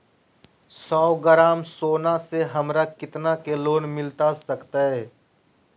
सौ ग्राम सोना से हमरा कितना के लोन मिलता सकतैय?